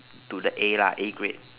to the A lah A grade